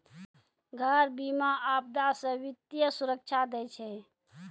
घर बीमा, आपदा से वित्तीय सुरक्षा दै छै